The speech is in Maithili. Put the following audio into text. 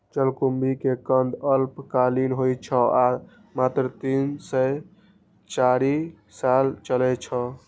जलकुंभी के कंद अल्पकालिक होइ छै आ मात्र तीन सं चारि साल चलै छै